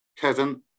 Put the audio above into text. Kevin